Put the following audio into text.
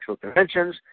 conventions